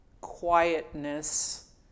quietness